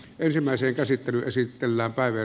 ensimmäisen käsittelyn esitellä päiviä